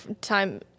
time